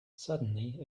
suddenly